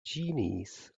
genies